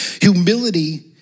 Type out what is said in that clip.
Humility